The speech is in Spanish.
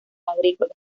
agrícolas